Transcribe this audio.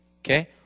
Okay